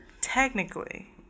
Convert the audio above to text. technically